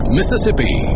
Mississippi